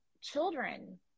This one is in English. children